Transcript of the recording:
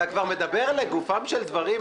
אתה כבר מדבר לגופם של דברים?